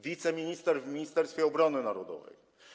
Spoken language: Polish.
Wiceminister w Ministerstwie Obrony Narodowej.